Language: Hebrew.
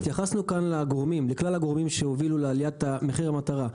התייחסנו כאן לכלל הגורמים שהובילו לעליית מחיר המטרה,